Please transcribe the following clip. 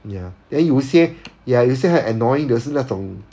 ya then 有一些 ya 有一些很 annoying 的是那种